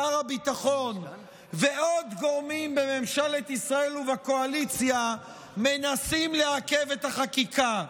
שר הביטחון ועוד גורמים בממשלת ישראל ובקואליציה מנסים לעכב את החקיקה,